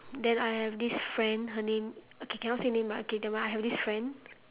then I have this friend her name okay cannot say name right okay never mind I have this friend